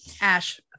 ash